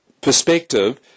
perspective